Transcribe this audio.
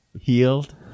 healed